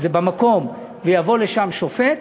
זה במקום, ויבוא לשם שופט.